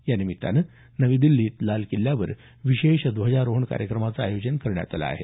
या निमित्तानं नवी दिल्लीत लाल किल्ल्यावर विशेष ध्वजारोहण कार्यक्रमाचं आयोजन करण्यात आलं आहे